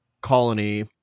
colony